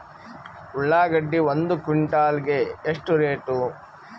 ಉಳ್ಳಾಗಡ್ಡಿ ಒಂದು ಕ್ವಿಂಟಾಲ್ ಗೆ ಎಷ್ಟು ರೇಟು?